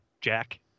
Jack